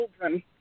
children